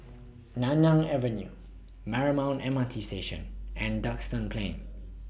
Nanyang Avenue Marymount M R T Station and Duxton Plain